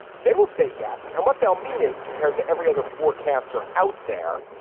they will say yes. and what they'll mean is compared to every other forecaster out there,